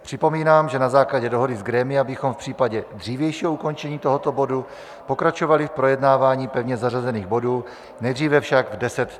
Připomínám, že na základě dohody z grémia bychom v případě dřívějšího ukončení tohoto bodu pokračovali projednáváním pevně zařazených bodů, nejdříve však v 10.30.